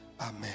Amen